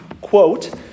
quote